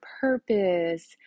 purpose